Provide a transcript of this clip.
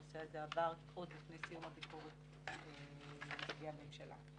הנושא הזה עבר עוד לפני סיום הביקורת לנציגי הממשלה.